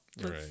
Right